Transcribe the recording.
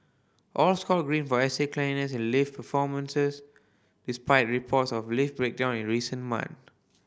all scored Green for estate cleanliness and lift performances despite reports of lift breakdown in recent months